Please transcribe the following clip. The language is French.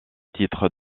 titre